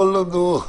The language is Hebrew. לא, לא, נו.